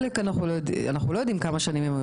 אנחנו לא יודעים כמה שנים הם היו,